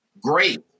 great